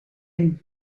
een